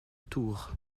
tours